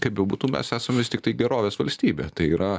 kaip bebūtų mes esam vis tiktai gerovės valstybė tai yra